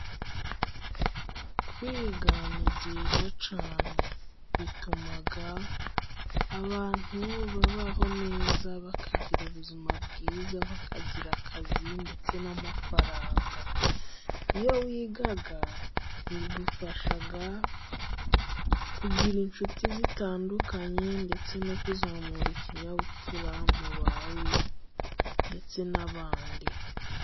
Kwiga ni byiza cyane, bituma abantu babaho neza, bakagira ubuzima bwiza, bakagira akazi ndetse n'amafaranga, iyo wiga bigufasha, kugira inshuti zitandukanye, ndetse no kuzamura ikinyabupfura, mu bawe ndetse n'abandi.